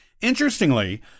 Interestingly